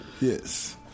yes